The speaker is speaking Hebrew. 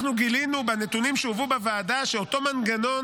אנחנו גילינו בנתונים שהובאו בוועדה שאותו מנגנון